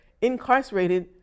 incarcerated